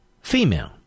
female